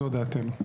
זו דעתנו.